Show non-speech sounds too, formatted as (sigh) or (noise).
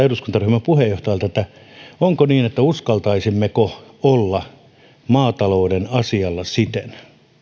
(unintelligible) eduskuntaryhmän puheenjohtajalta onko niin että uskaltaisimme olla maatalouden asialla siten